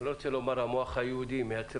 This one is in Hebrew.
אני לא רוצה לומר שהמוח היהודי מייצר